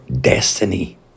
destiny